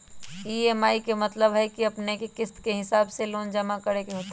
EMI के मतलब है कि अपने के किस्त के हिसाब से लोन जमा करे के होतेई?